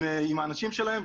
עם האנשים שלהם,